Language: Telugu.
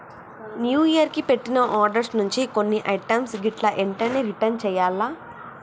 న్యూ ఇయర్ కి పెట్టిన ఆర్డర్స్ నుంచి కొన్ని ఐటమ్స్ గిట్లా ఎంటనే రిటర్న్ చెయ్యాల్ల